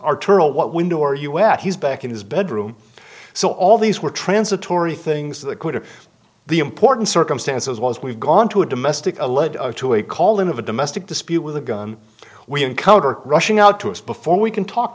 are turtle what window or us he's back in his bedroom so all these were transitory things that could have the important circumstance as well as we've gone to a domestic lead to a call in of a domestic dispute with a gun we encounter rushing out to us before we can talk